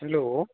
hello